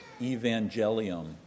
evangelium